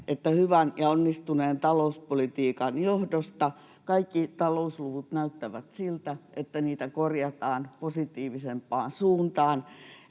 että hyvän ja onnistuneen talouspolitiikan johdosta kaikki talousluvut näyttävät siltä, että niitä korjataan positiivisempaan suuntaan.